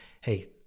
Hey